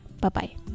Bye-bye